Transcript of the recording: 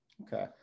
Okay